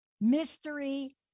mystery